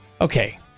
Okay